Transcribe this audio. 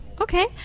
Okay